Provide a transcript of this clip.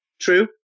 True